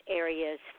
areas